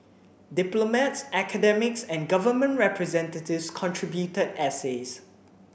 diplomats academics and government representatives contributed essays